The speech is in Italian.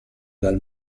dal